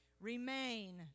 remain